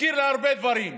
הזכיר לי הרבה דברים.